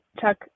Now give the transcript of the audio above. chuck